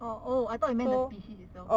orh oh I thought you meant the species itself